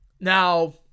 Now